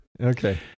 Okay